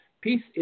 Peace